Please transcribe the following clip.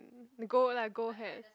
gold lah gold hair